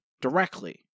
directly